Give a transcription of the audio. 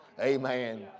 Amen